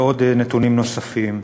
ונתונים נוספים.